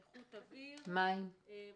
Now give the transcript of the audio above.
מים,